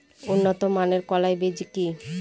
উন্নত মানের কলাই বীজ কি?